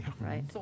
right